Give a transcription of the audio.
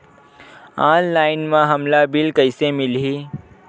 Online म हमला bill कइसे मिलही?